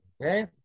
Okay